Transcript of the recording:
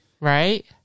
right